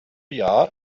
jahr